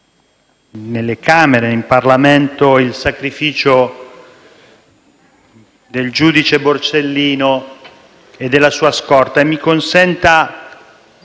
nelle Camere del Parlamento il sacrificio del giudice Borsellino e della sua scorta.